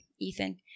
Ethan